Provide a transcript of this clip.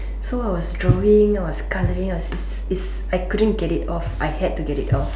so I was drawing I was colouring I was like is I couldn't get it off I had to get it off